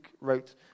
wrote